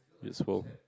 you suppose